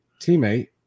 teammate